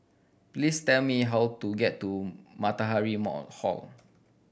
please tell me how to get to Matahari Mall Hall